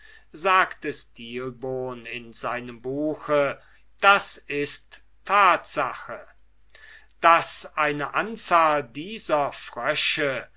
sagte stilbon in seinem buche das ist tatsache daß eine anzahl dieser frösche